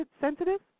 sensitive